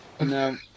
No